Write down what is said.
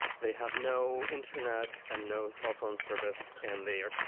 they have no internet and no cell phone service. and they are.